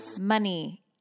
money